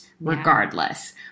regardless